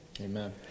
Amen